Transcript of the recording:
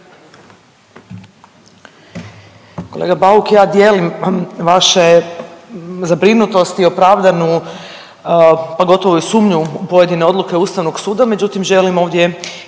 Kolega Bauk ja dijelim vaše zabrinutost i opravdanu pogotovo i sumnju u pojedine odluke Ustavnog suda, međutim želim ovdje